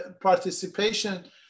participation